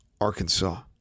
Arkansas